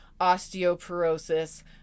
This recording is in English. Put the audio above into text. osteoporosis